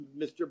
Mr